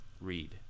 read